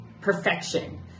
perfection